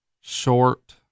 short